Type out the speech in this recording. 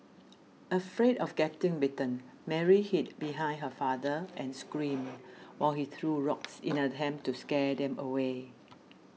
afraid of getting bitten Mary hid behind her father and screamed while he threw rocks in an attempt to scare them away